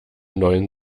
neuen